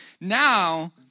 Now